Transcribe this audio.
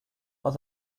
are